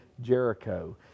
Jericho